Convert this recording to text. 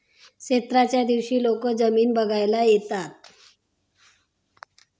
क्षेत्राच्या दिवशी लोक जमीन बघायला येतात